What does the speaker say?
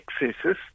excesses